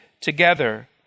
together